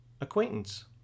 Acquaintance